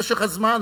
במשך הזמן,